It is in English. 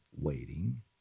waiting